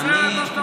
זה מה שאתה אומר.